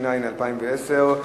התש"ע 2010,